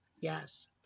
Yes